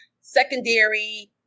secondary